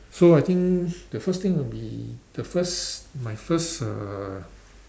so I think the first thing will be the first my first uh